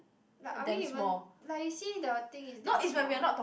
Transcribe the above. like are we even like you see the thing is damn small